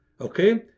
okay